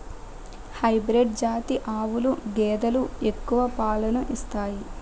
hybrid జాతి ఆవులు గేదెలు ఎక్కువ పాలను ఇత్తాయి